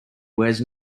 wears